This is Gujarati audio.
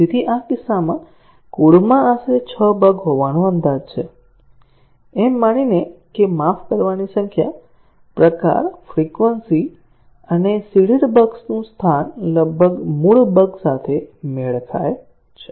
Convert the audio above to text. તેથી આ કિસ્સામાં કોડમાં આશરે 6 બગ હોવાનો અંદાજ છે એમ માનીને કે માફ કરવાની સંખ્યા પ્રકાર ફ્રિકવન્સી અને સીડેડ બગ્સનું સ્થાન લગભગ મૂળ બગ સાથે મેળ ખાય છે